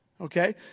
Okay